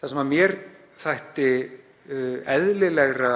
Það sem mér þætti eðlilegra